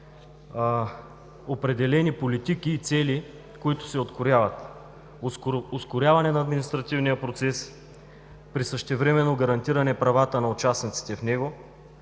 определени политики и цели, които се открояват: ускоряване на административния процес при същевременно гарантиране правата на участниците в него,